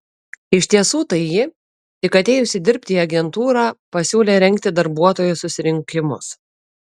iš tiesų tai ji tik atėjusi dirbti į agentūrą pasiūlė rengti darbuotojų susirinkimus